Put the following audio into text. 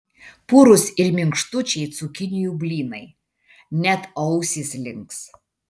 purūs ir minkštučiai cukinijų blynai net ausys links